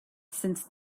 since